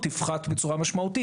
תפחת בצורה משמעותית.